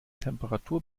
temperatur